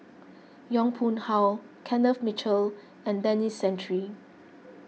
Yong Pung How Kenneth Mitchell and Denis Santry